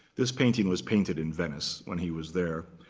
this painting was painted in venice when he was there.